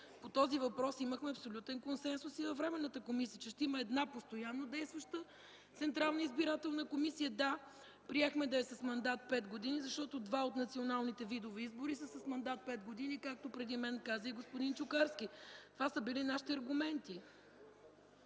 по този въпрос имахме абсолютен консенсус и във Временната комисия, че ще има една постоянна действаща Централна избирателна комисия. Да, приехме да е с мандат пет години, защото два от националните видове избори са с мандат пет години, както преди мен каза и господин Чукарски. Това са били нашите аргумент.